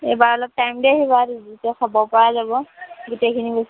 এইবাৰ অলপ টাইম দি আহিবা তেতিয়া চাব পৰা যাব গোটেইখিনি বস্তু